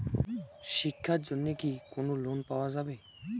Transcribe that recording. শিক্ষার জন্যে কি কোনো লোন পাওয়া যাবে?